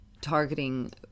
targeting